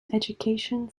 education